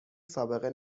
سابقه